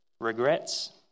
Regrets